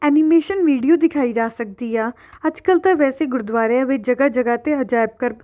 animation video ਦਿਖਾਈ ਜਾ ਸਕਦੀ ਆ ਅੱਜ ਕੱਲ੍ਹ ਤਾਂ ਵੈਸੇ ਗੁਰਦੁਆਰਿਆਂ ਵਿੱਚ ਜਗ੍ਹਾ ਜਗ੍ਹਾ 'ਤੇ ਅਜਾਇਬ ਘਰ